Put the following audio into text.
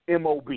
MOB